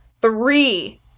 three